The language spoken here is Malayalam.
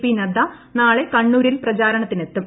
പി നദ്ദ നാളെ കണ്ണൂരിൽ പ്രചാരണത്തിനെത്തും